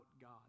God